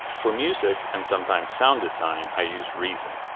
for music and sometimes sound design i use reason.